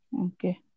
Okay